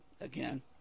again